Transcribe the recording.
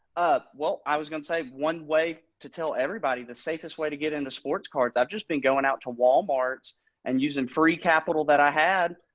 ah well i was gonna say one way to tell everybody the safest way to get into sports cards. i've just been going out to walmart and using free capital that i had.